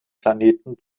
planeten